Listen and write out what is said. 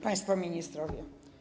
Państwo Ministrowie!